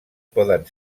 poden